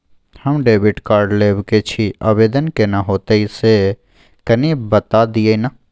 हम debit card लेब के छि, आवेदन केना होतै से कनी बता दिय न?